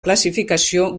classificació